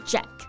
Jack